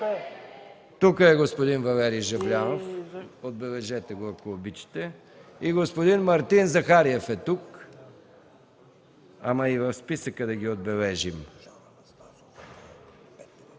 Тук е господин Валери Жаблянов, отбележете го, ако обичате. И господин Мартин Захариев е тук, но и в списъка да ги отбележим.